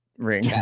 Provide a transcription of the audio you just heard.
Ring